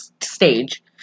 stage